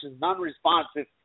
non-responsive